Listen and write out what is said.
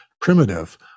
primitive